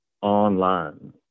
online